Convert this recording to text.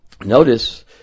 Notice